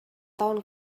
town